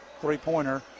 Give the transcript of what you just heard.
Three-pointer